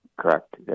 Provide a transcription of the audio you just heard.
correct